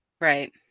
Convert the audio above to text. right